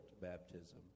baptism